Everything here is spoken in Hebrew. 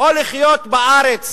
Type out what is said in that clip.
או לחיות בארץ